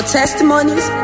testimonies